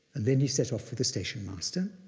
and then he set off with the station master.